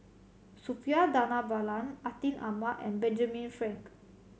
Suppiah Dhanabalan Atin Amat and Benjamin Frank